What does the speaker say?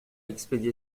expédié